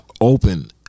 open